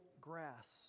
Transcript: grass